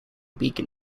beacon